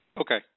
Okay